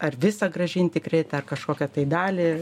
ar visą gražinti kreditą ar kažkokią tai dalį